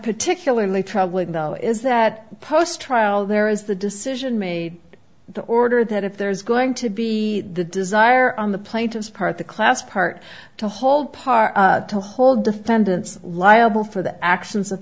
particularly troubling though is that post trial there is the decision made to order that if there's going to be the desire on the plaintiffs part the class part to hold part to hold defendants liable for the actions of